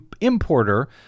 importer